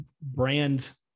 brand